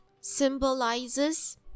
symbolizes